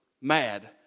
mad